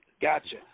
Gotcha